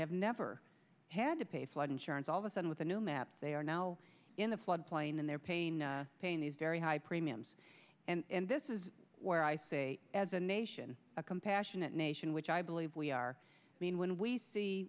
have never had to pay flood insurance all of a sudden with a new map they are now in a flood plain and their pain pain is very high premiums and this is where i say as a nation a compassionate nation which i believe we are mean when we see